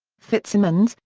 fitzsimons,